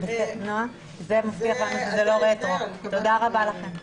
תודה רבה לכם.